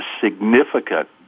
significant